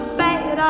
bad